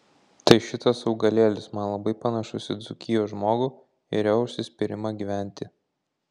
tai šitas augalėlis man labai panašus į dzūkijos žmogų ir jo užsispyrimą gyventi